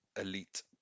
elite